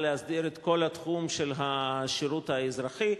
להסדיר את כל התחום של השירות האזרחי,